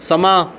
ਸਮਾਂ